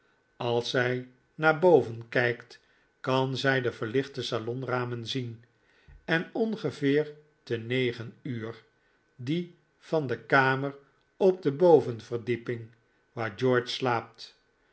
als zij naar boven kijkt kan zij de verlichte salonramen zien en ongeveer te negen uur die van de kamer op de bovenverdieping waar george slaapt